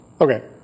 Okay